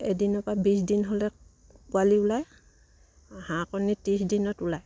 এদিনৰ পৰা বিছ দিন হ'লে পোৱালি ওলাই হাঁহ কণী ত্ৰিছ দিনত ওলাই